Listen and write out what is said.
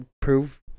prove